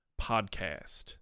Podcast